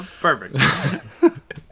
Perfect